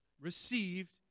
received